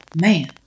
Man